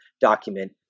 document